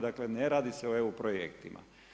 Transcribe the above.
Dakle, ne radi se o EU projektima.